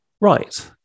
right